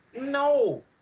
no